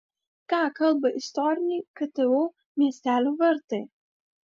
ką kalba istoriniai ktu miestelio vartai